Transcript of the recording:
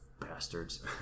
Bastards